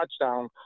touchdown